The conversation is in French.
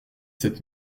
sept